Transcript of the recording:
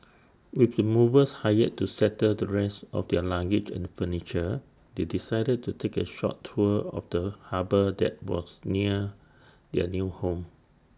with the movers hired to settle the rest of their luggage and furniture they decided to take A short tour of the harbour that was near their new home